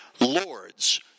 lords